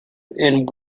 and